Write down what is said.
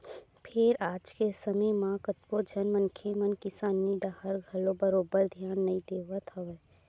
फेर आज के समे म कतको झन मनखे मन किसानी डाहर घलो बरोबर धियान नइ देवत हवय